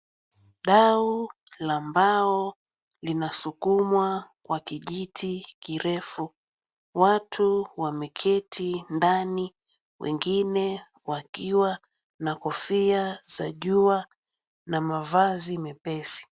Dau la mbao linasukumwa kwa kijiti kirefu, watu wameketi ndani wengine wakiwa na kofia za jua na mavazi mepesi.